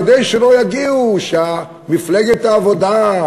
כדי שלא יגידו שמפלגת העבודה,